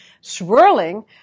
swirling